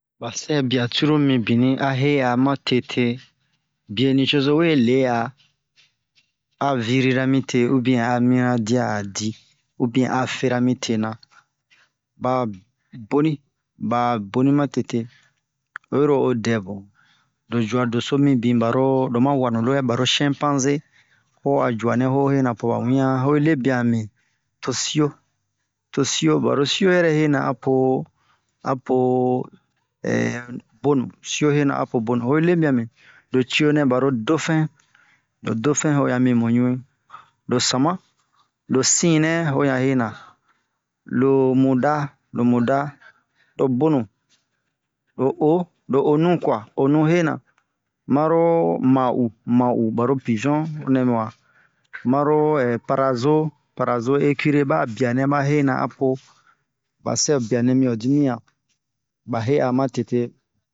ba sɛrobia cruru mibini a he'a ma tete bie ba nicozo we le'a a virira mi te ubien a mi han dia a di ubien a fera mi tena ba boni ba boni ma tete oyi ro o dɛ bun lo jua doso mibin baro lo ma wanu lowɛ baro shinpanze ho a juanɛ ho hena po ba wian ho yi lebia mi ti sio to sio baro sio yɛrɛ hena apo apo bonu cio hena apo bonu ho yi lemia mi lo cionɛ baro dofin lo dofin ho yan mi mu ɲui lo sama lo sinɛ ho yan hena lo muda lo muda lo bonu lo o lo onu kwa onu hena maro ma'u ma'u baro pizon o nɛmu wa maro parazo parazo ekure ba'a bianɛ a hena apo ba sɛrobia nɛ mi ho dimiyan ba he'a ma tete